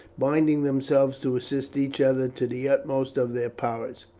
binding themselves to assist each other to the utmost of their powers.